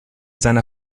seiner